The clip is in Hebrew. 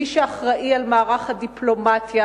מי שאחראי למערך הדיפלומטיה,